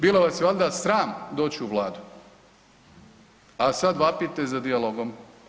Bilo vas je valjda sram doći u Vladu, a sad vapite za dijalogom.